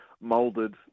moulded